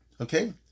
Okay